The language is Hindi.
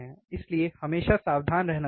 इसलिए हमें हमेशा सावधान रहना चाहिए